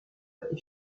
est